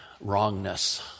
wrongness